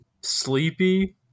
Sleepy